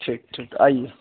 ٹھیک ٹھیک آئے